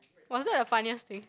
was that the funniest thing